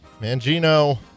Mangino